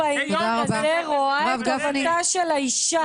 רואה את טובתה של האישה.